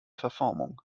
verformung